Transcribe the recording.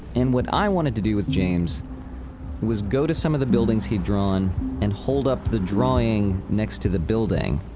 and what i wanted to do with james was go to some of the buildings he'd drawn and hold up the drawing next to the building.